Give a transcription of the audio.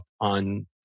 on